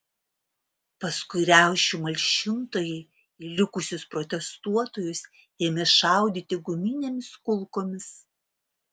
paskui riaušių malšintojai į likusius protestuotojus ėmė šaudyti guminėmis kulkomis